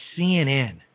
CNN